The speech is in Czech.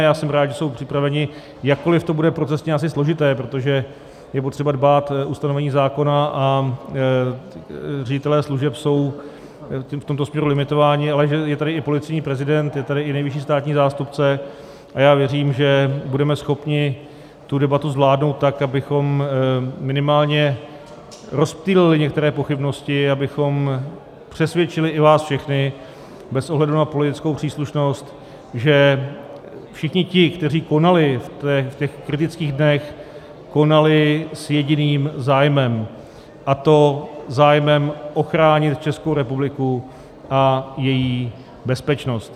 Já jsem rád, že jsou připraveni, jakkoli to bude profesně asi složité, protože je potřeba dbát ustanovení zákona a ředitelé služeb jsou v tomto směru limitováni, ale že je tady i policejní prezident, je tady i nejvyšší státní zástupce, a já věřím, že budeme schopni tu debatu zvládnout tak, abychom minimálně rozptýlili některé pochybnosti, abychom přesvědčili i vás všechny bez ohledu na politickou příslušnost, že všichni ti, kteří konali v těch kritických dnech, konali s jediným zájmem, a to zájmem ochránit Českou republiku a její bezpečnost.